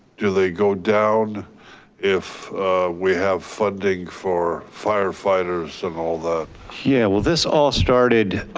do they go down if we have funding for fire fighters and all that? yeah, well this all started,